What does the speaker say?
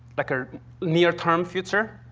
like, a near-term future.